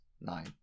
nine